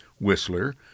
Whistler